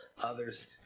others